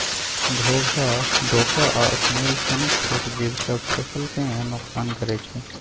घोघा, डोका आ स्नेल सनक छोट जीब सब फसल केँ नोकसान करय छै